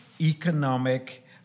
economic